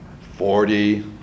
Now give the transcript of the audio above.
Forty